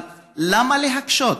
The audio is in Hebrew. אבל למה להקשות?